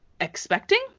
expecting